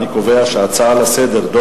אני קובע שההצעות לסדר-היום,